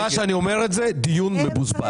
סליחה שאני אומר את זה, אבל זה דיון מבוזבז.